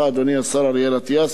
אדוני השר אריאל אטיאס,